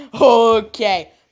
okay